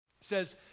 says